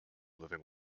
living